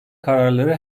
kararları